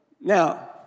Now